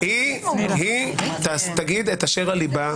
היא תגיד את אשר על ליבה,